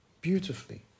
beautifully